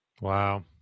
wow